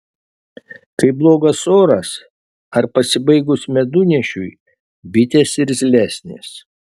kai blogas oras ar pasibaigus medunešiui bitės irzlesnės